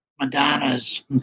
Madonnas